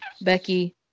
Becky